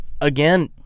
again